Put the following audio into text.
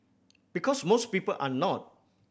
because most people are not